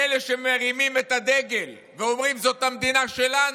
לאלה שמרימים בהו את הדגל ואומרים: זאת המדינה שלנו.